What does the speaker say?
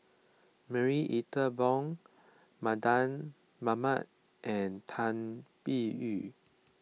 Marie Ethel Bong Mardan Mamat and Tan Biyun